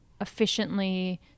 efficiently